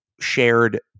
shared